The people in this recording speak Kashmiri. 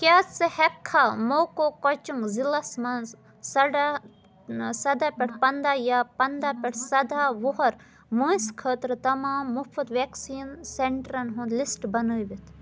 کیٛاہ ژٕ ہیٚککھا موکوکچُنٛگ ضلعس مَنٛز سڑا سَداہ پٮ۪ٹھ پَنداہ یا پَنداہ پٮ۪ٹھ سَداہ وُہُر وٲنٛسہِ خٲطرٕ تمام مُفٕط ویکسین سینٹرن ہُنٛد لسٹ بنٲوِتھ